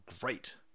great